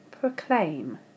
Proclaim